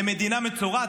למדינה מצורעת.